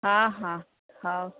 ହଁ ହଁ ହଉ